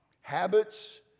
Habits